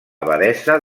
abadessa